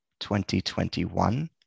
2021